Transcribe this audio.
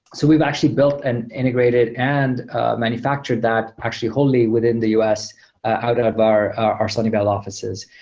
so we've actually built an integrated and manufactured that actually wholly within the us out and of our our sunnyvale offices.